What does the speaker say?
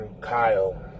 Kyle